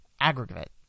aggregate